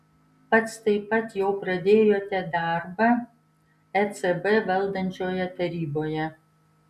pats taip pat jau pradėjote darbą ecb valdančioje taryboje